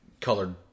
colored